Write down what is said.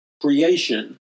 creation